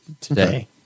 today